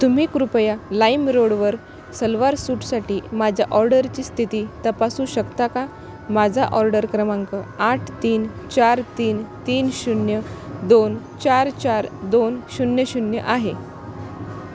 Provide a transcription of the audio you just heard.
तुम्ही कृपया लाईमरोडवर सलवार सूटसाठी माझ्या ऑर्डरची स्थिती तपासू शकता का माझा ऑर्डर क्रमांक आठ तीन चार तीन तीन शून्य दोन चार चार दोन शून्य शून्य आहे